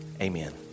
Amen